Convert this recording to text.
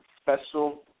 special